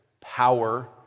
power